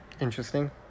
Interesting